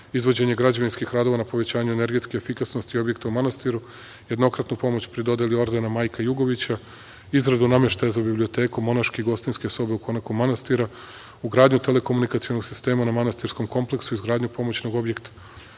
izvođenje građevinskih radova na povećanju energetske efikasnosti objekta u manastiru, jednokratnu pomoć pri dodeli ordena „Majka Jugovića“, izradu nameštaja za biblioteku monaške gostinske sobe u konaku manastira, ugradnju telekomunikacionog sistema na manastirskom kompleksu i izgradnju pomoćnog objekta.